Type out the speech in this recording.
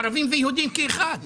ערבים ויהודים כאחד.